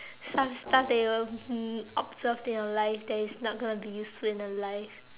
start start table um observed in your life that is not going to be useful in your life